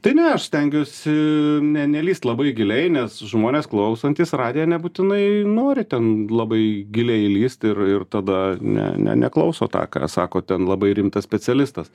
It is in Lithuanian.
tai ne aš stengiuosi ne nelįst labai giliai nes žmonės klausantys radiją nebūtinai nori ten labai giliai įlįst ir ir tada ne ne neklauso tą ką sako ten labai rimtas specialistas